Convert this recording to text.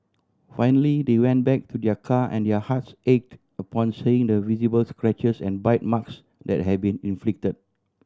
finally they went back to their car and their hearts ached upon seeing the visible scratches and bite marks that had been inflict